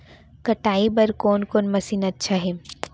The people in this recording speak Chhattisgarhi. कटाई बर कोन कोन मशीन अच्छा हे?